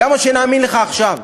למה שנאמין לך עכשיו?